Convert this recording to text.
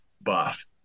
buff